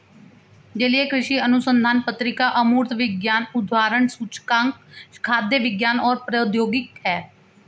जलीय कृषि अनुसंधान पत्रिका अमूर्त विज्ञान उद्धरण सूचकांक खाद्य विज्ञान और प्रौद्योगिकी है